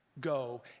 go